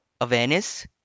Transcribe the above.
Awareness